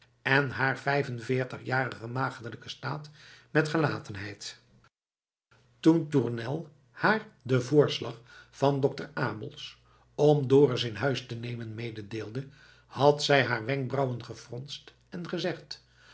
en haar vijf en veertig jarigen maagdelijken staat met gelatenheid toen tournel haar den voorslag van dokter abels om dorus in huis te nemen mededeelde had zij haar wenkbrauwen gefronst en gezegd